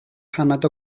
paned